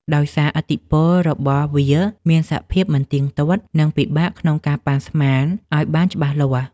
ដោយសារឥទ្ធិពលរបស់វាមានសភាពមិនទៀងទាត់ និងពិបាកក្នុងការប៉ាន់ស្មានឱ្យបានច្បាស់លាស់។